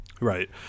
Right